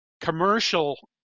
commercial